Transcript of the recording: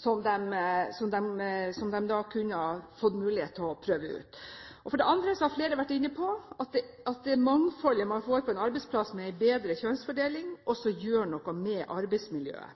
som de da kunne få mulighet til å prøve ut. For det andre har flere vært inne på at det mangfoldet man får på en arbeidsplass med en bedre kjønnsfordeling, også gjør noe